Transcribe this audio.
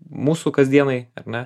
mūsų kasdienai ar ne